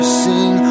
sing